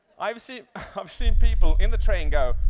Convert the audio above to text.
i've seen i've seen people in the train go,